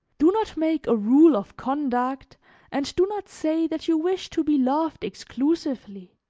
do not make a rule of conduct and do not say that you wish to be loved exclusively,